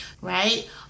right